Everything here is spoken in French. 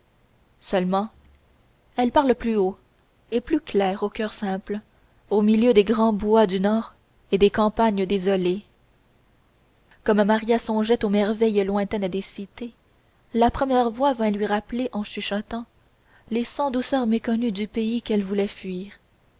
seulement elles parlent plus haut et plus clair aux coeurs simples au milieu des grands bois du nord et des campagnes désolées comme maria songeait aux merveilles lointaines des cités la première voix vint lui rappeler en chuchotant les cent douceurs méconnues du pays qu'elle voulait fuir